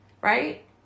right